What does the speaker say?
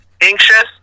anxious